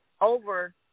over